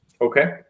Okay